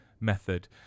method